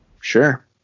sure